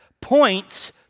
points